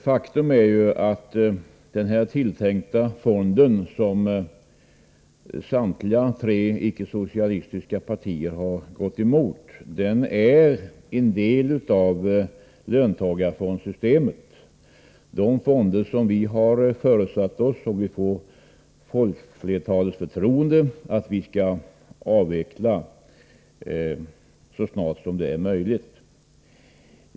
Faktum är ju att den tilltänkta fonden, som samtliga tre icke-socialistiska partier har gått emot, är en del av löntagarfondssystemet — det fondsystem som vi, om vi får folkflertalets förtroende, har förutsatt oss att avveckla så snart som det är möjligt.